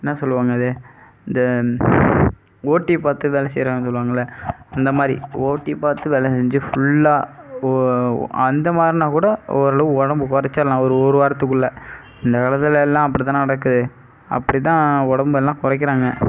என்ன சொல்லுவாங்க அது இந்த ஓட்டி பார்த்து வேலை செய்கிறான் சொல்லுவாங்கல்ல அந்த மாதிரி ஓட்டி பார்த்து வேலை செஞ்சு ஃபுல்லாக ஓ அந்த மாதிரினா கூட ஓரளவு உடம்பு குறைச்சிர்லாம் ஒரு ஒரு வாரத்துக்குள்ளே இந்த காலத்தில் எல்லாம் அப்படிதான் நடக்குது அப்படிதான் உடம்பெல்லாம் குறைக்கிறாங்க